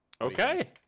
Okay